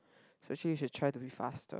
actually you should try to be fast